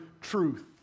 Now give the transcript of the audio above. truth